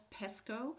PESCO